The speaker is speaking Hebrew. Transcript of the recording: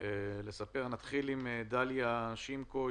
נתחיל עם דליה שימקו,